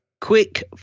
quick